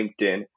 LinkedIn